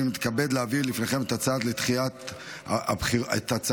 אני מתכבד להביא בפניכם את ההצעה לדחיית הבחירות